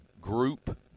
group